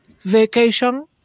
vacation